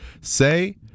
say